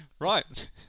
Right